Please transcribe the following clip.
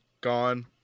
gone